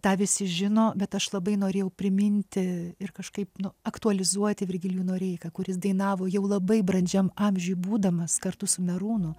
tą visi žino bet aš labai norėjau priminti ir kažkaip aktualizuoti virgilijų noreiką kuris dainavo jau labai brandžiam amžiui būdamas kartu su merūnu